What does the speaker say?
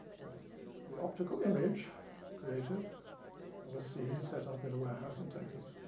of the optical image created of a scene set up in a warehouse in texas.